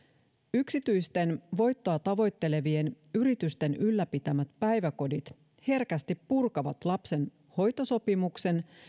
yksityisten voittoa tavoittelevien yritysten ylläpitämät päiväkodit herkästi purkavat lapsen hoitosopimuksen